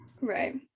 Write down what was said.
Right